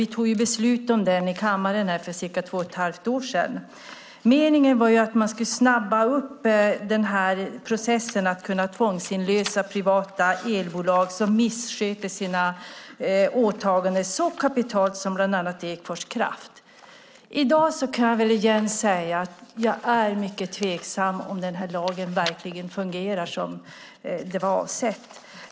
Vi tog ju beslut om den i kammaren för cirka två och ett halvt år sedan. Meningen var att man skulle snabba upp den här processen med att kunna tvångsinlösa privata elbolag som missköter sina åtaganden så kapitalt som bland annat Ekfors Kraft. I dag kan jag väl säga att jag är mycket tveksam till om den här lagen verkligen fungerar som det var avsett.